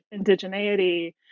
indigeneity